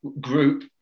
group